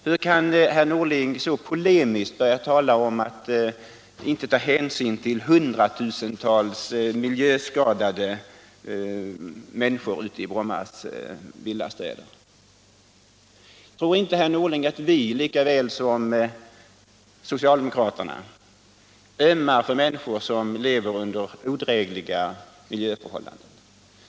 Hur kan herr Norling så polemiskt börja tala om att man inte tar hänsyn till hundratusentals miljöskadade människor i Brommas villastäder? Tror inte herr Norling att vi lika väl som socialdemokraterna ömmar för människor som lever under odrägliga miljöförhållanden?